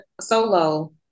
solo